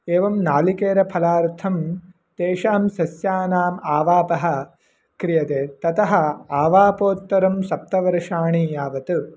एवं नारिकेलफलार्थं तेषां सस्यानाम् आवापः क्रियते ततः आवापोत्तरं सप्त वर्षाणि यावत्